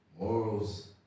morals